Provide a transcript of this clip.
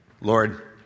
Lord